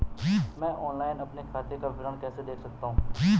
मैं ऑनलाइन अपने खाते का विवरण कैसे देख सकता हूँ?